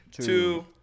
two